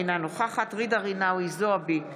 אינה נוכחת ג'ידא רינאוי זועבי,